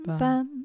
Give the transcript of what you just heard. Bam